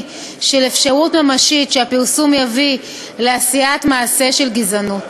של אפשרות ממשית שהפרסום יביא לעשיית מעשה של גזענות.